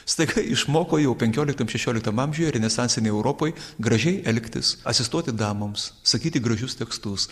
staiga išmoko jau penkioliktam šešioliktam amžiuje renesansinėj europoj gražiai elgtis asistuoti damoms sakyti gražius tekstus